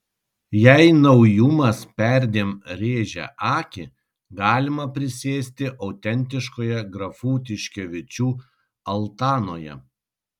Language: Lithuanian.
jei naujumas perdėm rėžia akį galima prisėsti autentiškoje grafų tiškevičių altanoje